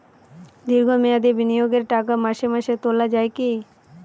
দীর্ঘ মেয়াদি বিনিয়োগের টাকা মাসে মাসে তোলা যায় কি?